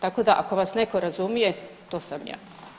Tako da ako vas netko razumije to sam ja.